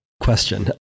question